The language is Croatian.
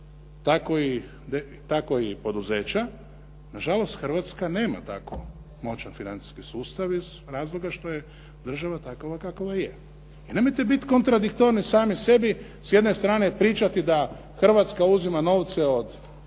tako i poduzeća. Nažalost, Hrvatska nema tako moćan financijski sustav iz razloga što je država takva kakva je. I nemojte biti kontradiktorni sami sebi. S jedne strane pričati da Hrvatska uzima novce od